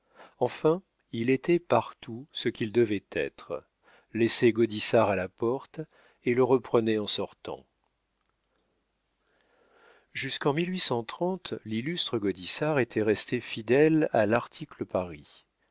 enfin il était partout ce qu'il devait être laissait gaudissart à la porte et le reprenait en sortant jusqu'en lillustre godard était resté fidèle à larticle paris